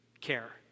care